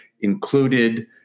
included